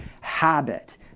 habit